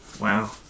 Wow